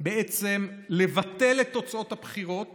בעצם לבטל את תוצאות הבחירות